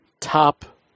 Top